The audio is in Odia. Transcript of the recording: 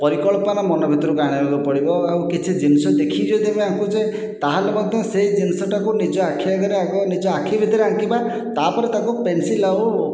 ପରିକଳ୍ପନା ମନ ଭିତରକୁ ଆଣିବାକୁ ପଡ଼ିବ ଆଉ କିଛି ଜିନିଷ ଦେଖିକି ଯଦି ଆମେ ଆଙ୍କୁଛେ ତା'ହେଲେ ମଧ୍ୟ ସେ ଜିନିଷଟାକୁ ନିଜ ଆଖି ଆଗରେ ଆଗ ନିଜ ଆଖି ଭିତରେ ଆଙ୍କିବା ତା'ପରେ ତାକୁ ପେନ୍ସିଲ ଆଉ